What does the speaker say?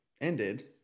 ended